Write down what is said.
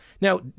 Now